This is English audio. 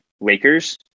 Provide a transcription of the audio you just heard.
Lakers